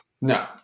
No